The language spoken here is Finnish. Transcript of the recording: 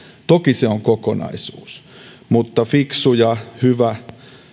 toki se on kokonaisuus mutta fiksu ja hyvä